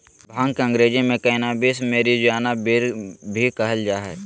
भांग के अंग्रेज़ी में कैनाबीस, मैरिजुआना, वीड भी कहल जा हइ